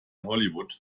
hollywood